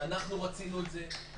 רצינו את זה,